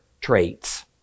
traits